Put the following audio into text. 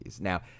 now